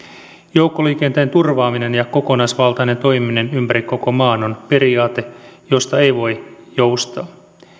joukkoliikenteen turvaaminen ja kokonaisvaltainen toimiminen ympäri koko maan on periaate josta ei voi joustaa